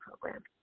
program